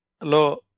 lo